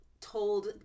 told